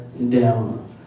down